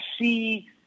see